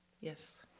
yes